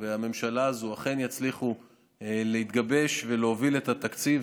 והממשלה הזו אכן יצליחו להתגבש ולהוביל את התקציב.